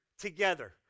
together